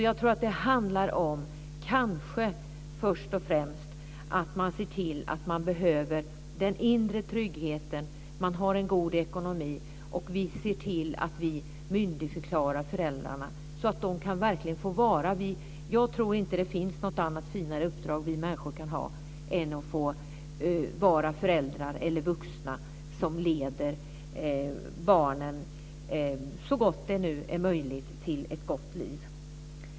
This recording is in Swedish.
Jag tror att det kanske först och främst handlar om att se till att det behövs en inre trygghet. Man har en god ekonomi, och vi ser till att myndighetsförklara föräldrarna. Jag tror inte att det finns något finare uppdrag vi människor kan ha än att vara föräldrar eller vuxna som leder barnen så gott det nu är möjligt till ett gott liv.